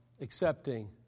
accepting